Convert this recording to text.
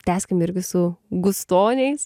tęskim irgi su gustoniais